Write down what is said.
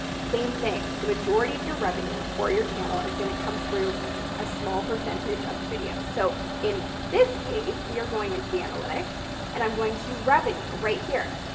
same thing. the majority of your revenue for your channel is going to come through a small percentage of the videos. so in this case, we are going into the analytics and i'm going to revenue, right here,